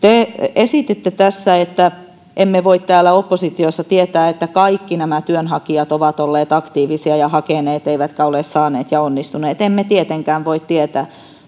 esititte tässä että emme voi täällä oppositiossa tietää että kaikki nämä työnhakijat ovat olleet aktiivisia ja hakeneet eivätkä ole saaneet ja onnistuneet emme tietenkään voi tietää